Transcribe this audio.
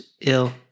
ill